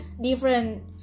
different